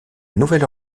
nouvelle